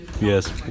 Yes